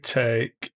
take